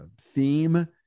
theme